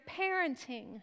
parenting